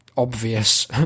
obvious